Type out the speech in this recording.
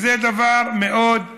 וזה דבר מאוד מעניין.